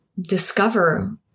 discover